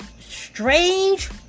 strange